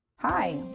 Hi